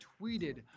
tweeted